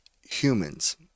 humans